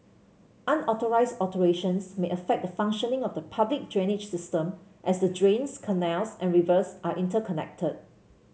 unauthorised alterations may affect the functioning of the public drainage system as the drains canals and rivers are interconnected